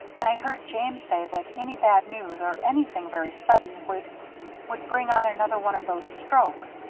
and i heard james say that any bad news or anything very sudden would would bring on another one of those strokes.